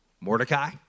Mordecai